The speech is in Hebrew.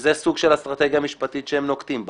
וזה סוג של אסטרטגיה משפטית שהם נוקטים בה.